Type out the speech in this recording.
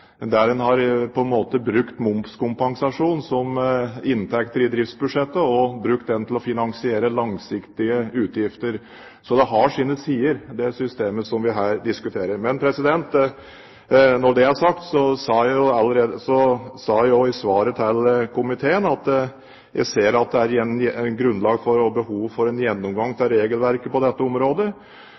der man har brukt momskompensasjon som inntekter i driftsbudsjettet til å finansiere langsiktige utgifter. Så det har sine sider, det systemet vi her diskuterer. Når det er sagt, sa jeg også i svaret til komiteen at jeg ser at det er grunnlag og behov for en gjennomgang av regelverket på dette området.